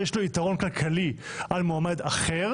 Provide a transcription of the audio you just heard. יש לו יתרון כלכלי על מועמד אחר